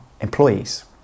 employees